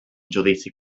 judici